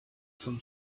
from